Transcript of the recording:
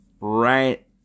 Right